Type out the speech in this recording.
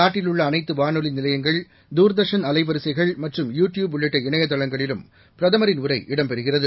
நாட்டில் உள்ள அனைத்து வானொலி நிலையங்கள் தூர்தர்ஷன் அலைவரிசைகள் மற்றும் யூ டியூப் உள்ளிட்ட இணையதளங்களிலும் பிரதமரின் உரை இடம் பெறுகிறது